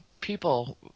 people